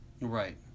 Right